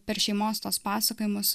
per šeimos tuos pasakojimus